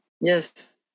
Yes